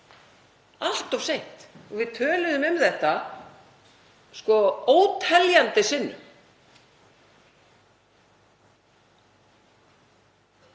allt of seint. Við töluðum um þetta óteljandi sinnum.